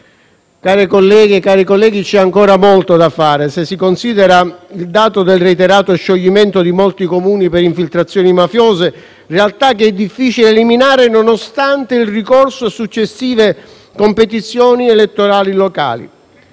Care colleghe e cari colleghi, c'è ancora molto da fare se si considera il dato del reiterato scioglimento di molti Comuni per infiltrazione mafiosa, realtà che è difficile eliminare nonostante il ricorso a successive competizioni elettorali locali.